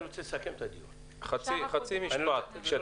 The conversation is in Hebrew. אני רוצה לסכם את הדיון -- חצי משפט - כשאתם